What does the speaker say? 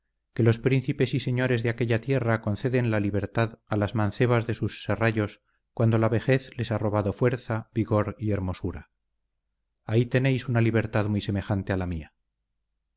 que los príncipes y señores de aquella tierra conceden la libertad a las mancebas de sus serrallos cuando la vejez les ha robado fuerza vigor y hermosura ahí tenéis una libertad muy semejante a la mía